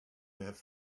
have